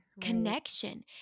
connection